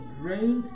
great